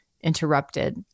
interrupted